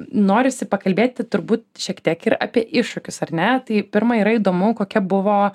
norisi pakalbėti turbūt šiek tiek ir apie iššūkius ar ne tai pirma yra įdomu kokia buvo